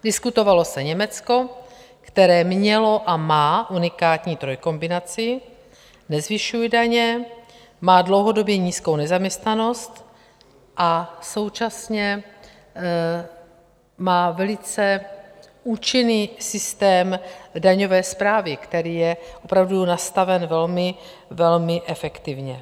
Diskutovalo se Německo, které mělo a má unikátní trojkombinaci, nezvyšuje daně, má dlouhodobě nízkou nezaměstnanost a současně má velice účinný systém daňové správy, který je opravdu nastaven velmi efektivně.